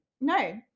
no